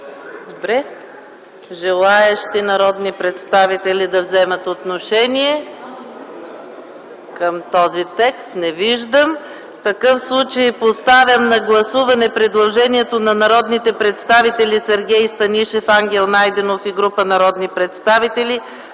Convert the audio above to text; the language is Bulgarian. Желаещи народни представители да вземат отношение към този текст? Не виждам. Поставям на гласуване предложението на народните представители Сергей Станишев, Ангел Найденов и група народни представители,